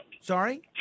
Sorry